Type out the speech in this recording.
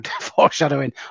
foreshadowing